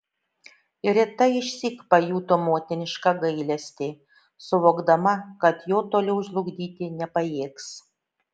rita išsyk pajuto motinišką gailestį suvokdama kad jo toliau žlugdyti nepajėgs